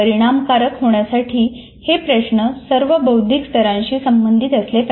परिणामकारक होण्यासाठी हे प्रश्न सर्व बौद्धिक स्तरांशी संबंधित असले पाहिजेत